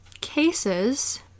cases